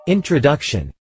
Introduction